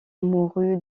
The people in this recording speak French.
mourut